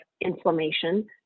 inflammation